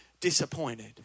disappointed